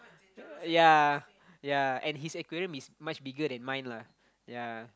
ya ya and his aquarium is much bigger than mine lah ya